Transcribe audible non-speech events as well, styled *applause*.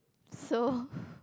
so *breath*